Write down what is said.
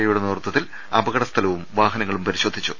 ഒയുടെ നേതൃ ത്വത്തിൽ അപകടസ്ഥലവും വാഹനങ്ങളും പരിശോധിച്ചു